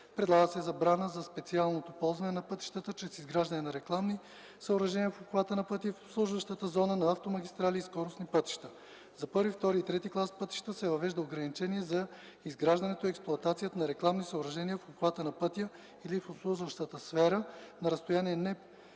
Предлага се забрана за специалното ползване на пътищата чрез изграждане на рекламни съоръжения в обхвата на пътя и в обслужващата зона на автомагистрали и скоростни пътища. За първи, втори и трети клас пътища се въвежда ограничение за изграждането и експлоатацията на рекламни съоръжения в обхвата на пътя или